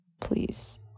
please